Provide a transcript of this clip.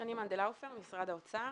שני מנדל-לאופר, משרד האוצר.